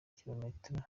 kilometero